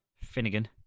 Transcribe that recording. Finnegan